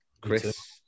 Chris